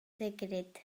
secret